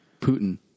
Putin